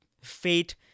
fate